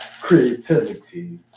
creativity